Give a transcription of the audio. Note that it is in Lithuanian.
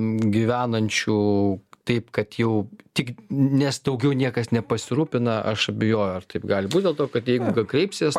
gyvenančių taip kad jau tik nes daugiau niekas nepasirūpina aš abejoju ar taip gali būti dėl to kad jeigu kreipsies